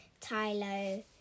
Tylo